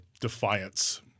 defiance